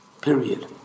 period